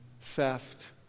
theft